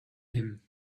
him